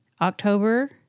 October